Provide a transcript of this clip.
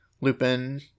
lupin